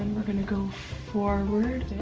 we're gonna go forward